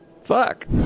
fuck